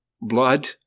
blood